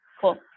Cool